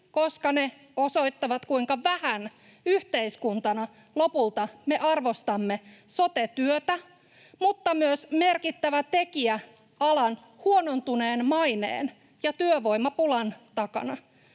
koska ne osoittavat, kuinka vähän yhteiskuntana lopulta me arvostamme sote-työtä, mutta myös merkittävä tekijä alan huonontuneen maineen ja työvoimapulan takana.